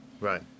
Right